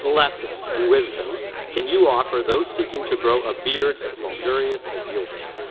lessons and wisdom can you offer those seeking to grow a beard as luxurious as yours?